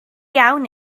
iawn